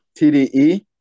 TDE